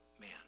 man